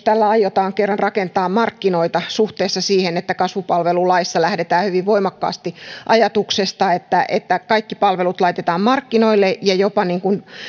tällä aiotaan kerran rakentaa markkinoita suhteessa siihen että kasvupalvelulaissa lähdetään hyvin voimakkaasti ajatuksesta että että kaikki palvelut laitetaan markkinoille ja jopa